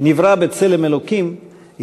נברא בצלם אלוקים,